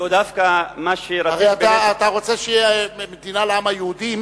לא, דווקא, הרי אתה רוצה שתהיה מדינה לעם היהודי?